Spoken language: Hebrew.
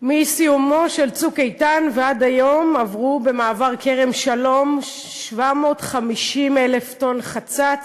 מסיומו של "צוק איתן" ועד היום עברו במעבר כרם-שלום 750,000 טון חצץ,